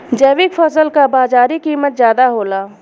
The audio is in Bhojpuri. जैविक फसल क बाजारी कीमत ज्यादा होला